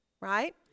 right